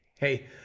Hey